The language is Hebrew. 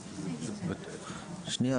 שנייה,